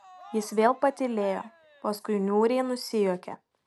jis vėl patylėjo paskui niūriai nusijuokė